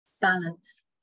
balance